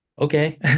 okay